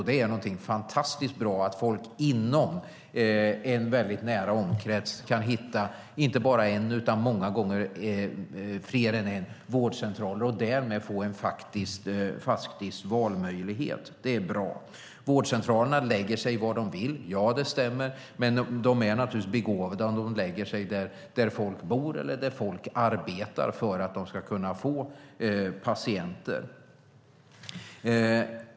Det är fantastiskt bra att folk inom en nära omkrets kan hitta inte bara en utan många gånger fler än en vårdcentral och därmed få en faktisk valmöjlighet. Det är bra. Vårdcentralerna kan läggas var som helst. Ja, det stämmer, men det är naturligtvis begåvat om de läggs där folk bor eller arbetar så att de kan få patienter.